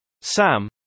Sam